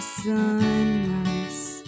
sunrise